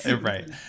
right